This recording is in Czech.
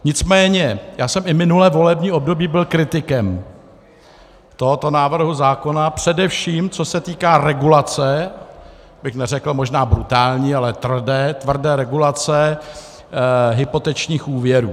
Nicméně já jsem i minulé volební období byl kritikem tohoto návrhu zákona, především co se týká regulace abych neřekl možná brutální, ale tvrdé, tvrdé regulace hypotečních úvěrů.